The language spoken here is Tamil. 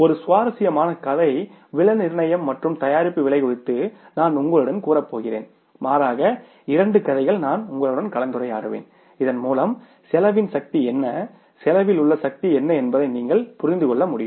ஒரு சுவாரஸ்யமான கதை விலை நிர்ணயம் மற்றும் தயாரிப்பு விலை குறித்து நான் உங்களுடன் கூறப்போகிறேன் மாறாக இரண்டு கதைகள் நான் உங்களுடன் கலந்துரையாடுவேன் இதன் மூலம் செலவின் சக்தி என்ன செலவில் உள்ள சக்தி என்ன என்பதை நீங்கள் புரிந்து கொள்ள முடியும்